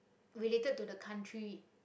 related to the country